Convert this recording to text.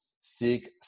seek